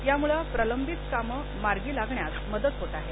यामुळ प्रलंबित कामे मार्गी लागण्यास मदत होत आहे